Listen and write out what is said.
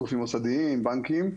גופים מוסדיים ובנקים,